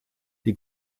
die